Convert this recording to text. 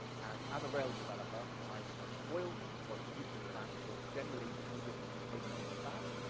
and as a rails developer, i'm quite spoiled, i'm quite used to the fact that, generally, for any given component of the stack,